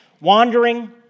wandering